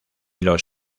los